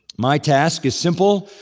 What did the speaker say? my task is simple.